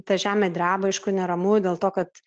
ta žemė dreba aišku neramu dėl to kad